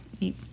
eat